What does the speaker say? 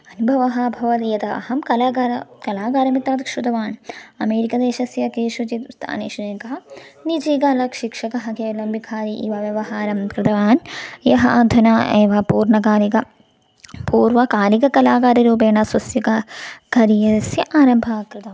अनुभवः भवति यता अहं कलाकारः कलाकारमुखात् श्रुतवान् अमेरिकदेशस्य केषुचित् स्थानेषु एकः निजकालाकः शिक्षकः केवलं भिखारि इव व्यवहारं कृतवान् यः अधुना एव पूर्णकालिक पूर्वकालिक कलाकाररूपेण स्वस्य कार्यस्य आरम्भः कृतवान्